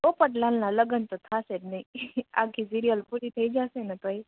પોપટલાલના લગન તો થાસેજ નઇ આખી સિરિયલ પૂરી થઈ જાશેને તોય